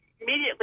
Immediately